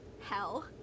Hell